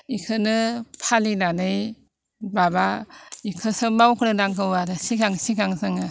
बेखौनो फालिनानै माबा बेखौसो मावग्रोनांगौ आरो सिगां सिगां जोङो